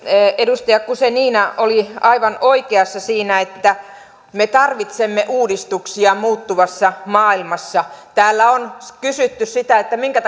edustaja guzenina oli aivan oikeassa siinä että me tarvitsemme uudistuksia muuttuvassa maailmassa täällä on kysytty minkä